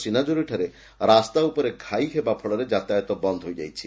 ସିନାଜୋରିଠାରେ ରାସ୍ତା ଉପରେ ଘାଇ ହେବା ଫଳରେ ଯାତାୟତ ବନ୍ଦ ହୋଇଯାଇଛି